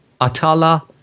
Atala